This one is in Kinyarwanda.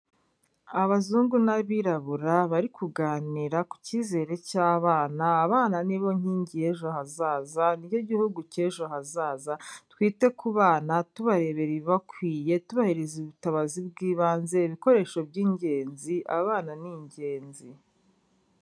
Abazungu n'abirabura bari kuganira ku cyizere cy'abana, abana ni bo nkingi y'ejo hazaza, ni cyo gihugu cy'ejo hazaza, twite ku bana tubarebera ibibakwiye, tubahereza ubutabazi bw'ibanze, ibikoresho by'ingenzi, abana ni ingenzi.